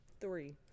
three